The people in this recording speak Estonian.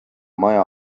maja